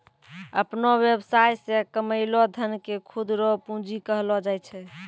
अपनो वेवसाय से कमैलो धन के खुद रो पूंजी कहलो जाय छै